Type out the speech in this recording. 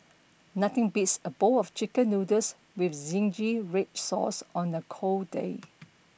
nothing beats a bowl of chicken noodles with zingy red sauce on a cold day